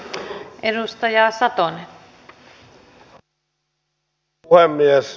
arvoisa puhemies